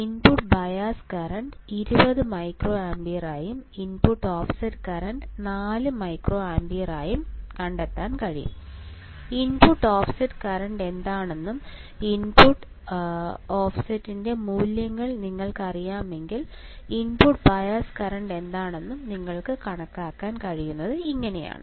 input offset current എന്താണെന്നും input ഓഫിന്റെ മൂല്യങ്ങൾ നിങ്ങൾക്കറിയാമെന്നും ഇൻപുട്ട് ബയസ് കറന്റ് എന്താണെന്നും നിങ്ങൾക്ക് കണക്കാക്കാൻ കഴിയുന്നത് ഇങ്ങനെയാണ്